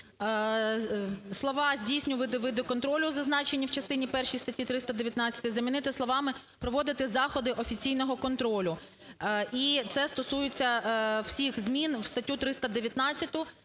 слова "здійснювати види контролю, зазначені в частині першій статті 319…" замінити словами "проводити заходи офіційного контролю". І це стосується всіх змін в статтю 319,